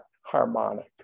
harmonic